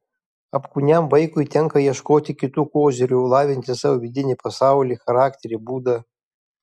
apkūniam vaikui tenka ieškoti kitų kozirių lavinti savo vidinį pasaulį charakterį būdą